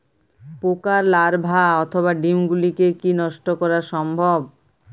পোকার লার্ভা অথবা ডিম গুলিকে কী নষ্ট করা সম্ভব?